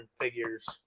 figures